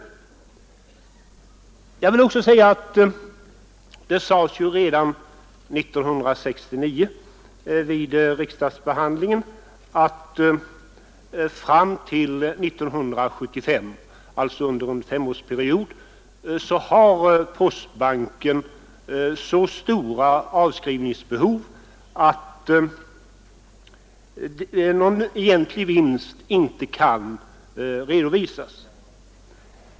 Jag säger också — vilket sades redan vid riksdagsbehandlingen 1969 — att fram till 1975, alltså under en femårsperiod, har postbanken så stora avskrivningsbehov att någon egentlig vinst inte kan redovisas.